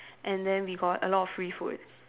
and then we got a lot of free food